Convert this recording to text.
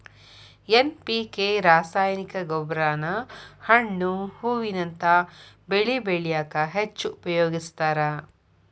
NPK ರಾಸಾಯನಿಕ ಗೊಬ್ಬರಾನ ಹಣ್ಣು ಹೂವಿನಂತ ಬೆಳಿ ಬೆಳ್ಯಾಕ ಹೆಚ್ಚ್ ಉಪಯೋಗಸ್ತಾರ